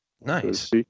Nice